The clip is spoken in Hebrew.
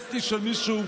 בסטי של מישהו,